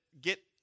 get